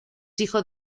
hijo